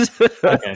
okay